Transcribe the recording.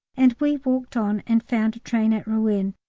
and we walked on and found a train at rouen.